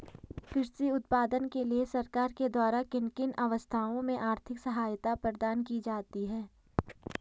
कृषि उत्पादन के लिए सरकार के द्वारा किन किन अवस्थाओं में आर्थिक सहायता प्रदान की जाती है?